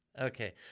Okay